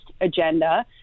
agenda